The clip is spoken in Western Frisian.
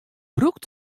brûkt